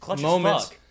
moments